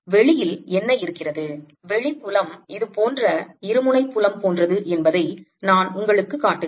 வெளியில் என்ன இருக்கிறது வெளி புலம் இது போன்ற இருமுனை புலம் போன்றது என்பதை நான் உங்களுக்குக் காட்டுகிறேன்